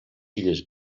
illes